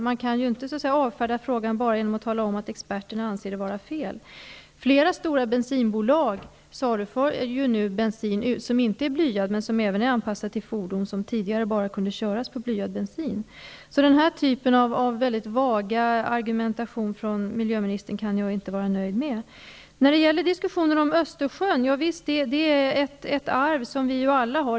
Man kan ju inte avfärda frågan bara genom att tala om att experterna anser det vara fel. Flera stora bensinbolag saluför nu bensin som inte är blyad men som är anpassad även till fordon som tidigare bara kunde köras på blyad bensin. Den här typen av vag argumentation från miljömininstern kan jag inte vara nöjd med. När det gäller diskussionen om Östersjön: Javisst, det är ett arv som vi alla har.